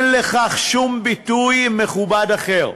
אין לכך שום ביטוי מכובד אחר.